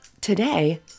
Today